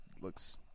looks